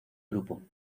grupo